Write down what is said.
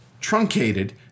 truncated